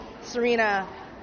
Serena